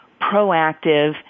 proactive